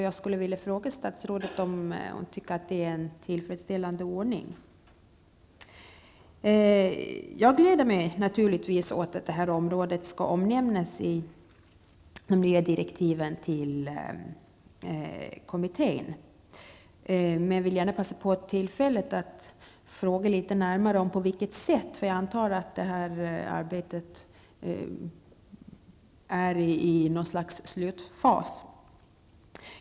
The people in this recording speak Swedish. Jag vill fråga statsrådet om hon anser det vara en tillfredsställande ordning. Jag gläder mig naturligtvis åt att det här området skall omnämnas i de nya direktiven till kommittén. Men jag vill gärna passa på tillfället att fråga litet närmare om på vilket sätt, för jag antar att arbetet är i något slags slutfas.